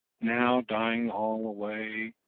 now dying all away,